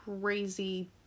crazy